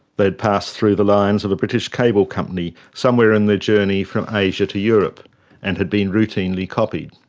they had passed through the lines of a british cable company somewhere in their journey from asia to europe and had been routinely copied.